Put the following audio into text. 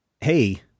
Hey